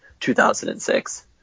2006